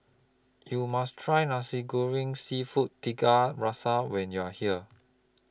YOU must Try Nasi Goreng Seafood Tiga Rasa when YOU Are here